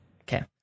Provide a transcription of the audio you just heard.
Okay